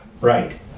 Right